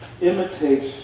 imitates